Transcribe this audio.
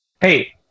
Hey